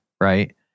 right